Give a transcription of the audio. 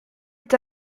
est